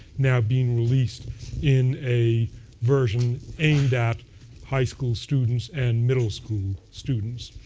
now being released in a version aimed at high school students and middle school students.